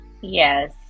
Yes